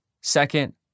Second